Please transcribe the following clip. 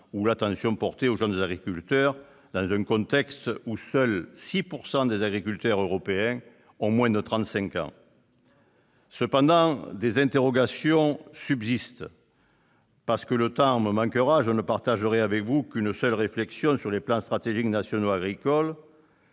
ou à l'attention portée aux jeunes dans un contexte où seuls 6 % des agriculteurs européens ont moins de trente-cinq ans. Cependant, des interrogations subsistent. Parce que le temps me manquera, je ne partagerai avec vous qu'une seule de mes réflexions ; elle concerne les plans stratégiques nationaux agricoles.